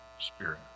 spirit